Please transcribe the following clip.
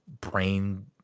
brain